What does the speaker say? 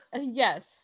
yes